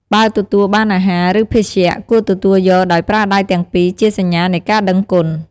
បើទទួលបានអាហារ ឬភេសជ្ជៈ គួរទទួលយកដោយប្រើដៃទាំងពីរជាសញ្ញានៃការដឹងគុណ។